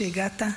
שהגעת,